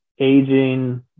aging